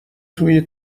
توی